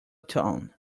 tone